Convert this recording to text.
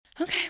okay